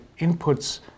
inputs